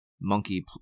monkey